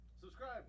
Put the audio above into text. subscribe